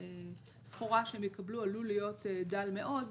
הסחורה שהם יקבלו עלול להיות דל מאוד,